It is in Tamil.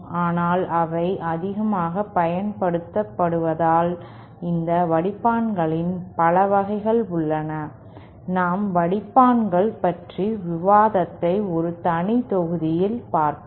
ஆனால் அவை அதிகமாக பயன்படுத்தப்படுவதால் இந்த வடிப்பான்களில் பலவகைகள் உள்ளன நாம் வடிப்பான்கள் பற்றிய விவாதத்தை ஒரு தனி தொகுதியில் பார்ப்போம்